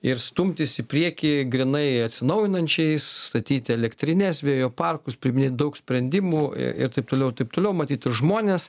ir stumtis į priekį grynai atsinaujinančiai statyti elektrines vėjo parkus priiminėt daug sprendimų i ir taip toliau ir taip toliau matyt žmonės